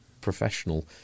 professional